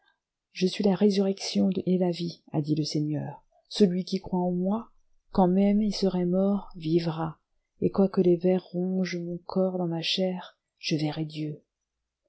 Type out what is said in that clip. je suis la résurrection et la vie a dit le seigneur celui qui croit en moi quand même il serait mort vivra et quoique les vers rongent mon corps dans ma chair je verrai dieu